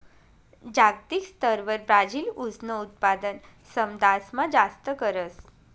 जागतिक स्तरवर ब्राजील ऊसनं उत्पादन समदासमा जास्त करस